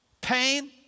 pain